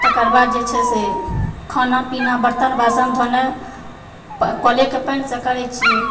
तकर बाद जे छै से खाना पीना बर्तन बासन धोनाइ कलेके पानिसँ करए छिऐ